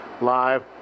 live